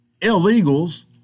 illegals